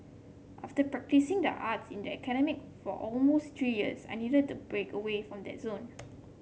after practising the arts in the academy for almost three years I needed to break away from that zone